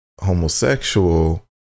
homosexual